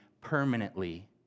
permanently